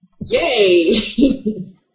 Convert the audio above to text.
Yay